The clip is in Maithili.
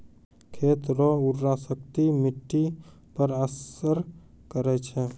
खेत रो उर्वराशक्ति मिट्टी पर असर करै छै